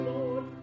Lord